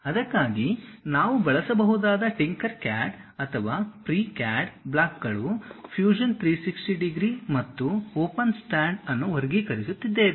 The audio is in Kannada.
ಅದಕ್ಕಾಗಿ ನಾವು ಬಳಸಬಹುದಾದ ಟಿಂಕರ್ಕ್ಯಾಡ್ ಅಥವಾ ಫ್ರೀಕ್ಯಾಡ್ ಬ್ಲಾಕ್ಗಳು ಫ್ಯೂಷನ್ 360 ಡಿಗ್ರಿ ಮತ್ತು ಓಪನ್ಸ್ಕ್ಯಾಡ್ ಅನ್ನು ವರ್ಗೀಕರಿಸುತ್ತಿದ್ದೇವೆ